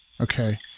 Okay